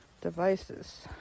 Devices